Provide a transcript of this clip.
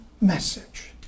message